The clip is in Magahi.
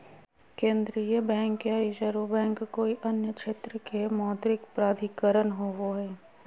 केन्द्रीय बैंक या रिज़र्व बैंक कोय अन्य क्षेत्र के मौद्रिक प्राधिकरण होवो हइ